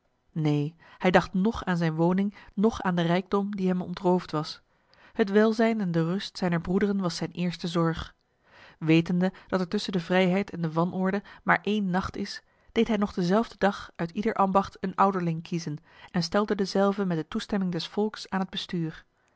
neen hij dacht noch aan zijn woning noch aan de rijkdom die hem ontroofd was het welzijn en de rust zijner broederen was zijn eerste zorg wetende dat er tussen de vrijheid en de wanorde maar één nacht is deed hij nog dezelfde dag uit ieder ambacht een ouderling kiezen en stelde dezelve met de toestemming des volks aan het bestuur